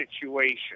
situation